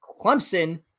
Clemson